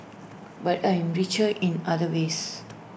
but I am richer in other ways